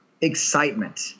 excitement